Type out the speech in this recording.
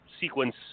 sequence